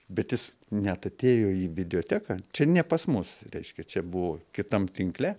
bet jis net atėjo į videoteką čia ne pas mus reiškia čia buvo kitam tinkle